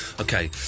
Okay